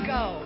go